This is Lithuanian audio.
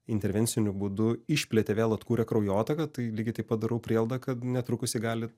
intervenciniu būdu išplėtė vėl atkūrė kraujotaką tai lygiai taip pat darau prielaidą kad netrukus ji gali